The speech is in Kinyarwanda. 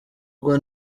ugwa